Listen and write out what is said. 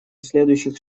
следующих